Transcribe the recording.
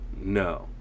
No